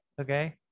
Okay